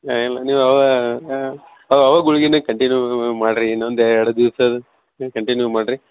ಹಾಂ ಇಲ್ಲ ನೀವು ಅವಾಗ ಅವೇ ಗುಳಿಗೇನೇ ಕಂಟಿನ್ಯೂ ಮಾಡಿರಿ ಇನ್ನೊಂದು ಎರಡು ದಿವಸ ಕಂಟಿನ್ಯೂ ಮಾಡಿರಿ